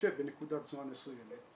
שבנקודת זמן מסוימת,